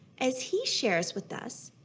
as he shares with us,